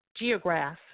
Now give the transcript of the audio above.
geograph